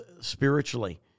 spiritually